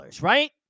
right